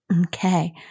Okay